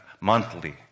monthly